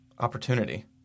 Opportunity